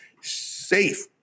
safe